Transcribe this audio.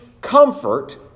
comfort